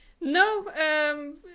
No